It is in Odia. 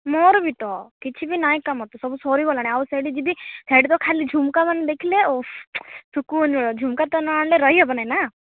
ମୋର ବି ତ କିଛି ବି ନାଇଁ କାମ ତ ସବୁ ସରିଗଲାଣି ଆଉ ସେଇଟି ଯିବି ସେଇଟିତ ଖାଲି ଝୁମକା ମାନ ଦେଖିଲେ ଓହ ତୁ ଝୁମକା ତ ନଆଣିଲେ ରହିହେବନି ନା